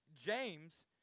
James